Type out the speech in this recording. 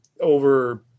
over